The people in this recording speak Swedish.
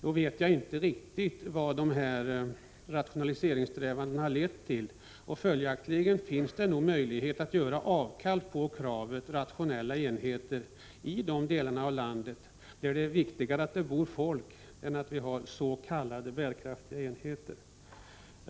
Då vet jag inte riktigt vad de här rationaliseringssträvandena har lett till. Följaktligen finns det anledning att göra avkall på kravet om rationella enheter i de delar av landet där det är viktigare att det bor folk än att vi har s.k. bärkraftiga enheter.